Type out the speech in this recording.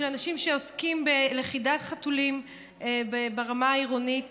של אנשים שעוסקים בלכידת חתולים ברמה העירונית